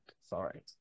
sorry